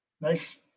Nice